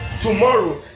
tomorrow